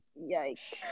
yikes